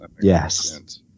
yes